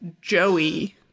Joey